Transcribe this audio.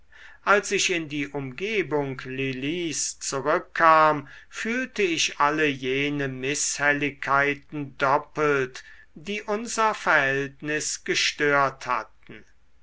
als ich in die umgebung lilis zurückkam fühlte ich alle jene mißhelligkeiten doppelt die unser verhältnis gestört hatten